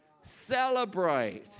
celebrate